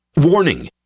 Warning